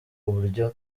uburyo